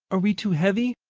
are we too heavy?